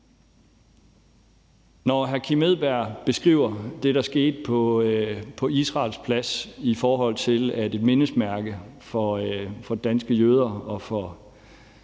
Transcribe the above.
Når hr. Kim Edberg Andersen beskriver det, der skete på Israels Plads, altså at et mindesmærke for danske jøder og for